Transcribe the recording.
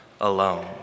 alone